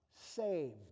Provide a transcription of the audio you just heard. saved